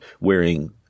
wearing